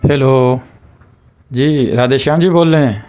hello جی رادھے شیام جی بول رہے ہیں